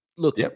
Look